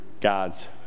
God's